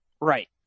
Right